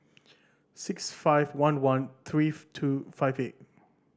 six five one one three two five eight